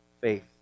faith